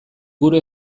gure